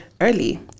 early